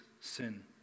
sin